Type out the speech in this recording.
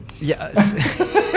yes